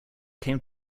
came